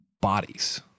bodies